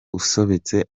usobetse